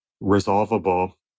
resolvable